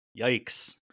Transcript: Yikes